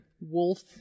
wolf